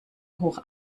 hoch